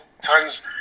tons